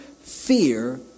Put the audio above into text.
fear